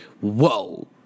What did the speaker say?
Whoa